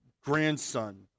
grandson